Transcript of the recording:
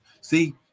See